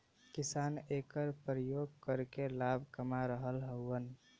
किसान एकर परियोग करके लाभ कमा रहल हउवन